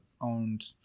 Owned